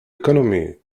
economy